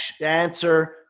answer